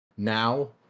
now